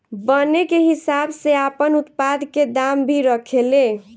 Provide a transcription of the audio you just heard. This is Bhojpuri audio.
बने के हिसाब से आपन उत्पाद के दाम भी रखे ले